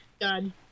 Done